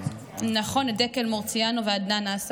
עדנאן ומרציאנו.